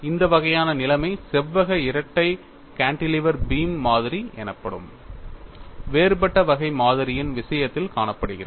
இந்த வகையான நிலைமை செவ்வக இரட்டை கான்டிலீவர் பீம் மாதிரி எனப்படும் வேறுபட்ட வகை மாதிரியின் விஷயத்தில் காணப்படுகிறது